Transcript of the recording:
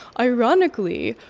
ironically,